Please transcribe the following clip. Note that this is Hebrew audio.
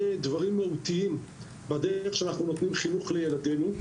דברים מהותיים בדרך בה אנו נותנים חינוך לילדנו.